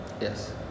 Yes